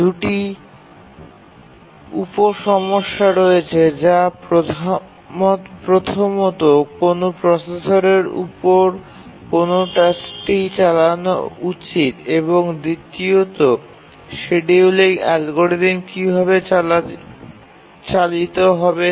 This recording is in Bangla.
দুটি উপ সমস্যা রয়েছে যা প্রথমত কোন প্রসেসরের উপর কোন টাস্কটি চালানো উচিত এবং দ্বিতীয়ত শিডিয়ুলিং অ্যালগরিদম কীভাবে চালিত হবে তা